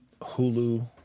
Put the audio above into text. Hulu